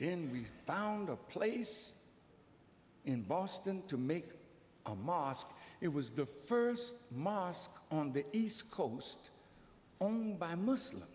then we found a place in boston to make a mosque it was the first mosque on the east coast owned by muslim